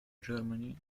germany